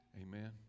Amen